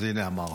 אז הינה, אמרתי.